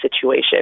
situation